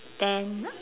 then